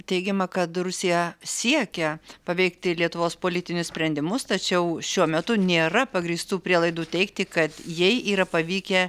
teigiama kad rusija siekia paveikti lietuvos politinius sprendimus tačiau šiuo metu nėra pagrįstų prielaidų teigti kad jai yra pavykę